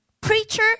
Preacher